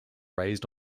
raised